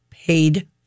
paid